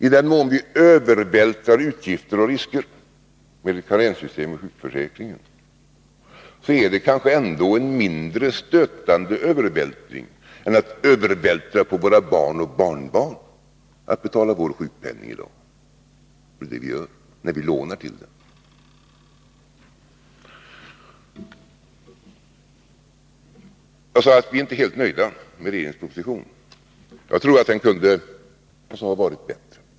I den mån vi med karenssystemet övervältrar och omfördelar utgifter och risker i sjukförsäkringen, är det kanske ändå en mindre stötande övervältring än om vi övervältrar detta på våra barn och barnbarn, som vi gör när vi lånar till det. Jag sade att vi inte är helt nöjda med regeringens proposition, som kunde ha varit bättre.